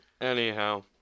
Anyhow